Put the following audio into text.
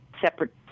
separate